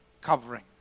covering